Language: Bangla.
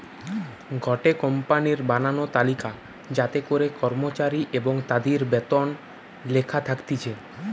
গটে কোম্পানির বানানো তালিকা যাতে করে কর্মচারী এবং তাদির বেতন লেখা থাকতিছে